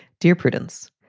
dear prudence,